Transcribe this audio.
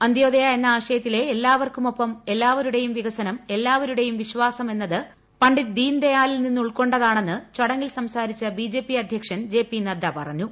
അന്ത്യോദയ എന്ന ആശയത്തിലെ എല്ലാവർക്കുമൊപ്പം എല്ലാവരുടെയും വികസനം എല്ലാവരുടെ വിശാസം എന്നത് പണ്ഡിറ്റ് ദീൻദയാലിൽ നിന്നുൾക്കൊണ്ടതാണെന്ന് ചടങ്ങിൽ സംസാരിച്ച ബിജെപി അധ്യക്ഷൻ ജെപി നദ്ദ പറഞ്ഞു